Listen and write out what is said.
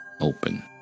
open